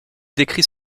décrit